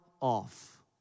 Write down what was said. off